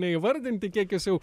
neįvardinti kiek jūs jau